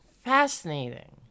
Fascinating